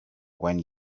when